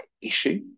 issue